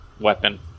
weapon